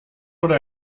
oder